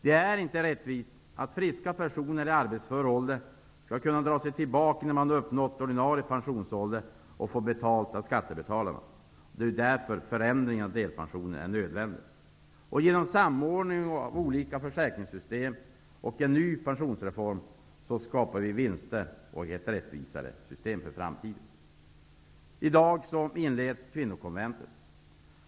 Det är inte rättvist att friska personer skall kunna dra sig tillbaka innan de uppnått ordinarie pensionsålder och få betalt av skattebetalarna. Därför är förändringen av delpensionen nödvändig. Genom samordning av olika försäkringssystem och en ny pensionsreform skapar vi vinster och ett rättvisare system för framtiden. I dag inleds kvinnokonventet.